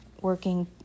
working